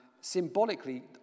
symbolically